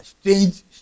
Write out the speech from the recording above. strange